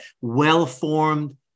well-formed